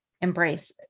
embrace